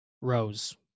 rose